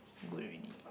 is good already